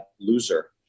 loser